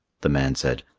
the man said,